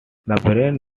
brain